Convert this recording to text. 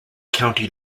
county